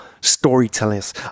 storytellers